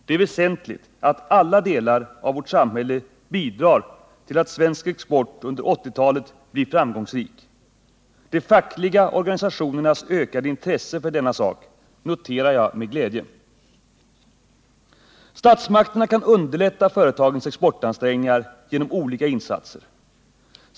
Det är väsentligt att alla delar av vårt samhälle bidrar till att svensk export under 1980-talet blir framgångsrik. De fackliga organisationernas ökade intresse för denna sak noterar jag med glädje. Statsmakterna kan underlätta företagens exportansträngningar genom olika insatser.